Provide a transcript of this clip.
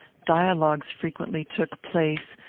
dialogues frequently took place,